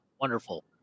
wonderful